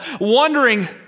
Wondering